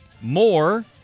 more